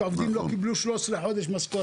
שעובדים לא קיבלו 13 חודשים משכורת.